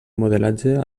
modelatge